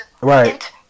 Right